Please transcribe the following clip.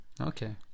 Okay